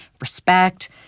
respect